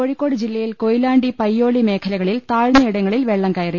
കോഴിക്കോട് ജില്ലയിൽ കൊയിലാണ്ടി പയ്യോളി മേഖലകളിൽ താഴ്ന്നയിടങ്ങളിൽ വെള്ളം കയറി